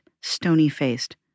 stony-faced